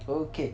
okay